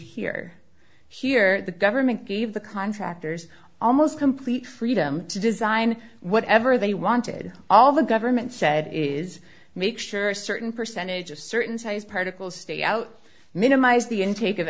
here here the government gave the contractors almost complete freedom to design whatever they wanted all the government said is make sure a certain percentage of certain types particles stay out minimize the intake